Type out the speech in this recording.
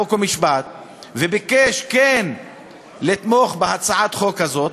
חוק ומשפט וביקש כן לתמוך בהצעת החוק הזאת,